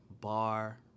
bar